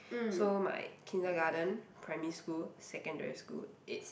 so my kindergarten primary school secondary school it's